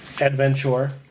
adventure